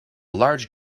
large